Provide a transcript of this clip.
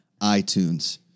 iTunes